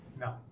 No